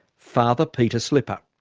father peter slipper.